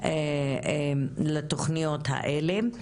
לתוכניות האלה.